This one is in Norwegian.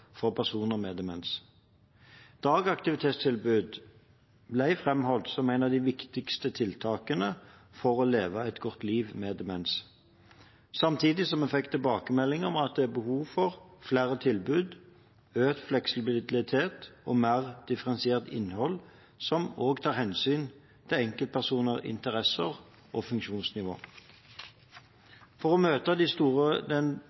for personer med demens. Dagaktivitetstilbud ble framholdt som et av de viktigste tiltakene for å leve et godt liv med demens, samtidig som vi fikk tilbakemeldinger om at det er behov for flere tilbud, økt fleksibilitet og mer differensiert innhold, som også tar hensyn til enkeltpersoners interesser og funksjonsnivå. For å møte den store